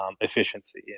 efficiency